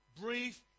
brief